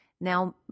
Now